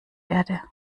erde